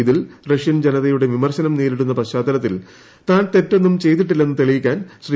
ഇതിൽ റഷ്യൻ ജനതയുടെ വിമർശനം നേരിടുന്ന പശ്ചാത്തലത്തിൽ താൻ തെറ്റൊന്നും ചെയ്തിട്ടില്ലെന്ന് തെളിയിക്കാൻ ശ്രീ